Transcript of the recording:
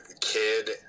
kid